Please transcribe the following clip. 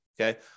Okay